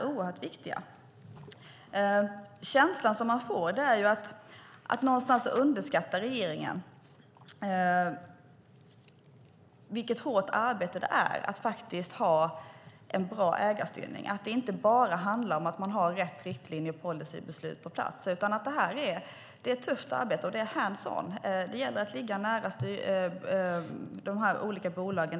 Den känsla man får är att regeringen på något sätt underskattar vilket hårt arbete det är att ha en bra ägarstyrning. Det handlar inte bara om att man har rätt riktlinjer och policybeslut på plats. Det är tufft arbete; det är hands-on. Det gäller att ligga nära de olika bolagen.